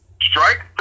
Strike